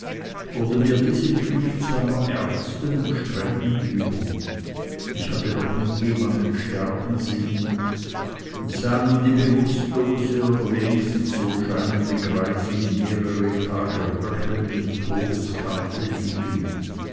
wurde mir diese pflicht zu einer ernsten und strengen übung ich hatte noch nie jemanden sterben sehen und sah nun die bewußtlose oder wenigstens so scheinende greisin mehrere tage röchelnd im todeskampfe liegen